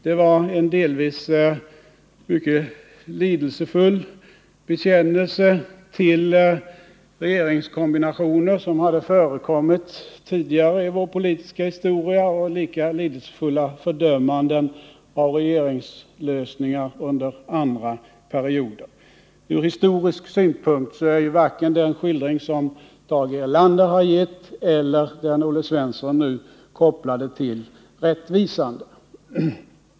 Det var en delvis mycket lidelsefull bekännelse till regeringskombinationer som hade förekommit tidigare i vår politiska historia och lika lidelsefulla fördömanden av regeringslösningar under andra perioder. Från historisk synpunkt är varken den skildring som Tage Erlander har gett eller den som Olle Svensson nu kopplade till rättvisande.